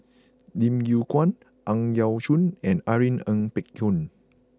Lim Yew Kuan Ang Yau Choon and Irene Ng Phek Hoong